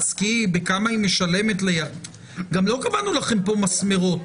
סקי בחו"ל בכמה היא משלמת גם לא קבענו לכם מסמרות.